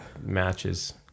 matches